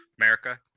America